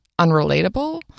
unrelatable